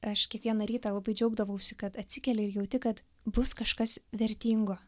aš kiekvieną rytą labai džiaugdavausi kad atsikeli ir jauti kad bus kažkas vertingo